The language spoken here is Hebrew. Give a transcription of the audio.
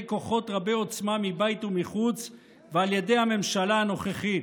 כוחות רבי-עוצמה מבית ומחוץ ועל ידי הממשלה הנוכחית.